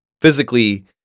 physically